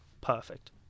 perfect